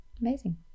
Amazing